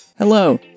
Hello